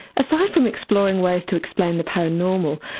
aside from exploring ways to explain the paranormal,